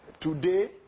today